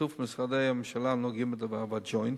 בשיתוף עם משרדי הממשלה הנוגעים בדבר וה"ג'וינט",